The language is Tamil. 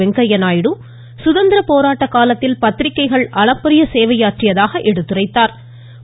வெங்கய்யநாயுடு சுதந்திர போராட்ட காலத்தில் பத்திரிக்கைகள் அளப்பரிய சேவையாற்றியதாக எடுத்துரைத்தாா்